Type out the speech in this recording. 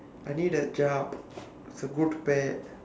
I need a job for good pay